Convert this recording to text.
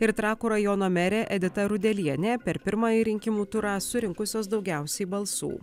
ir trakų rajono merė edita rudelienė per pirmąjį rinkimų turą surinkusios daugiausiai balsų